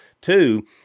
Two